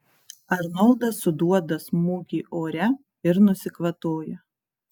arnoldas suduoda smūgį ore ir nusikvatoja